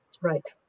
Right